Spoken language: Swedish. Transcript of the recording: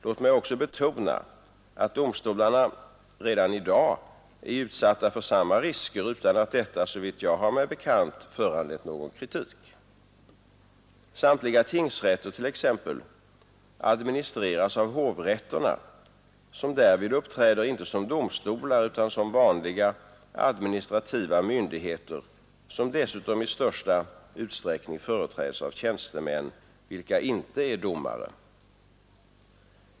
Låt mig också betona att domstolarna redan i dag är utsatta för samma risker utan att detta, såvitt jag har mig bekant, har föranlett någon kritik. Samtliga tingsrätter administreras t.ex. av hovrätterna, som därvid uppträder inte som domstolar utan som vanliga administrativa myndigheter, vilka dessutom i största utsträckning företräds av tjänstemän som inte är domare.